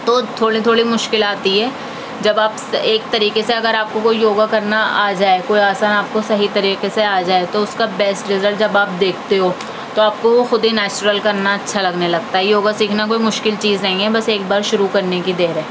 تو تھوڑے تھوڑے مشکل آتی ہے جب آپ ایک طریقے سے اگر آپ کو کوئی یوگا کرنا آ جائے کوئی آسن آپ کو صحیح طریقے سے آ جائے تو اس کا بیسٹ رزلٹ جب آپ دیکھتے ہو تو آپ کو وہ خود ہی نیچرل کرنا اچھا لگنے لگتا ہے یوگا سیکھنا کوئی مشکل چیز نہیں ہے بس ایک بار شروع کرنے کی دیر ہے